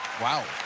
wow.